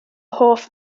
hoff